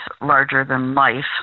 larger-than-life